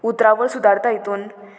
उतरावर सुदारता हितून